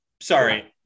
Sorry